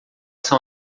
são